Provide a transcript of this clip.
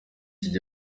gihe